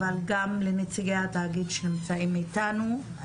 אבל גם לנציגי התאגיד שנמצאים איתנו,